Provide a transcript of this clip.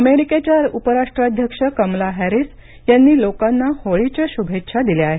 अमेरिकेच्या उपराष्ट्राध्यक्ष कमला हॅरिस यांनी लोकांना होळीच्या शुभेच्या दिल्या आहेत